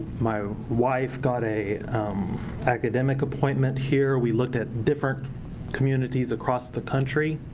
my wife got a academic appointment here. we looked at different communities across the country.